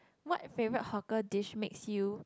what favorite hawker dish makes you